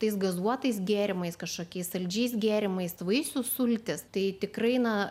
tais gazuotais gėrimais kažkokiais saldžiais gėrimais vaisių sultys tai tikrai